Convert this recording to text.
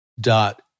dot